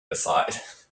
decide